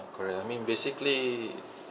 correct I mean basically